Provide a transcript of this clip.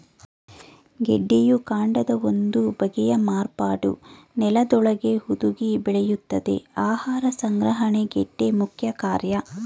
ಗೆಡ್ಡೆಯು ಕಾಂಡದ ಒಂದು ಬಗೆಯ ಮಾರ್ಪಾಟು ನೆಲದೊಳಗೇ ಹುದುಗಿ ಬೆಳೆಯುತ್ತದೆ ಆಹಾರ ಸಂಗ್ರಹಣೆ ಗೆಡ್ಡೆ ಮುಖ್ಯಕಾರ್ಯ